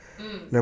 mm